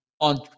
on